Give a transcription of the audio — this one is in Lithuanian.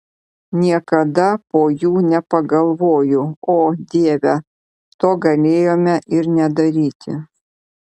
niekada po jų nepagalvoju o dieve to galėjome ir nedaryti